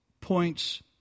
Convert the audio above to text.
points